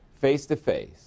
face-to-face